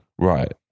Right